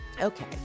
Okay